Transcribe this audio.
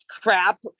crap